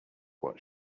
what